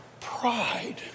pride